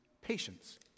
patience